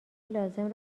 لازم